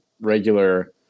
regular